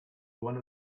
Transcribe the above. one